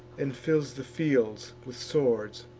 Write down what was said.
and fills the fields with swords,